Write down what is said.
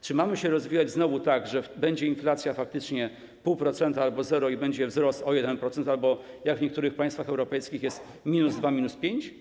Czy mamy się rozwijać znowu tak, że będzie inflacja faktycznie 0,5% albo 0% i będzie wzrost o 1% albo, jak w niektórych państwach europejskich, jest minus 2, minus 5?